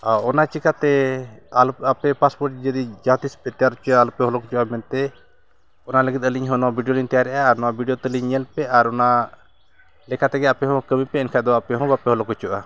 ᱟᱨ ᱚᱱᱟ ᱪᱤᱠᱟᱹᱛᱮ ᱟᱞᱚ ᱟᱯᱮ ᱯᱟᱥᱯᱳᱨᱴ ᱡᱩᱫᱤ ᱡᱟᱦᱟᱸ ᱛᱤᱥ ᱯᱮ ᱛᱮᱭᱟᱨ ᱦᱚᱪᱚᱭᱟ ᱟᱞᱚᱯᱮ ᱦᱚᱞᱚᱜᱚᱪᱚᱜᱼᱟ ᱢᱮᱱᱛᱮ ᱚᱱᱟ ᱞᱟᱹᱜᱤᱫ ᱟᱞᱤᱧ ᱦᱚᱸ ᱱᱚᱣᱟ ᱵᱷᱤᱰᱭᱳ ᱞᱤᱧ ᱛᱮᱭᱟᱨᱮᱜᱼᱟ ᱟᱨ ᱱᱚᱣᱟ ᱵᱷᱤᱰᱭᱳ ᱛᱟᱹᱞᱤᱧ ᱧᱮᱞ ᱯᱮ ᱟᱨ ᱚᱱᱟ ᱞᱮᱠᱟᱛᱮᱜᱮ ᱟᱯᱮ ᱦᱚᱸ ᱠᱟᱹᱢᱤ ᱯᱮ ᱮᱱᱠᱷᱟᱱ ᱫᱚ ᱟᱯᱮ ᱦᱚᱸ ᱵᱟᱯᱮ ᱦᱚᱞᱚ ᱜᱚᱪᱚᱜᱼᱟ